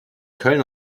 köln